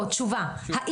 לא,